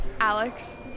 Alex